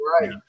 Right